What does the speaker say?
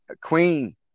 Queen